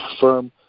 firm